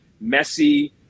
messy